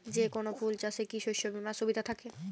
যেকোন ফুল চাষে কি শস্য বিমার সুবিধা থাকে?